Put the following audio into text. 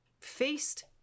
feast